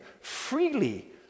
freely